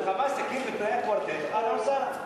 כשה"חמאס" יכיר בתנאי הקוורטט, אהלן וסהלן.